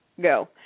Go